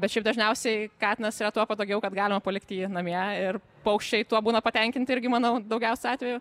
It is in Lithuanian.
bet šiaip dažniausiai katinas yra tuo patogiau kad galima palikti jį namie ir paukščiai tuo būna patenkinti irgi manau daugiausia atvejų